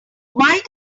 why